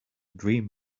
dream